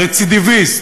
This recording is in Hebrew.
הרצידיביסט,